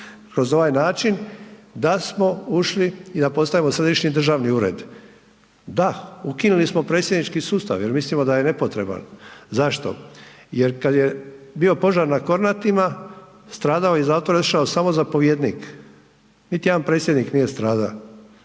kroz ovaj način da smo ušli i da postajemo Središnji državni ured. Da, ukinuli smo predsjednički sustav jer mislimo da je nepotreban. Zašto? Jer kad je bio požar na Kornatima stradao je i u zatvor je otišao samo zapovjednik, niti jedan predsjednik nije stradao